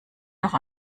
noch